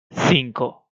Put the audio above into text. cinco